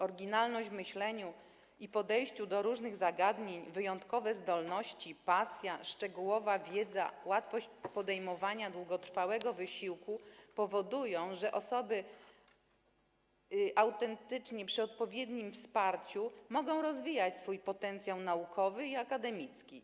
Oryginalność myślenia i podejścia do różnych zagadnień i wyjątkowe zdolności, pasja, szczegółowa wiedza, łatwość podejmowania długotrwałego wysiłku powodują, że osoby autystyczne przy odpowiednim wsparciu mogą rozwijać swój potencjał naukowy i akademicki.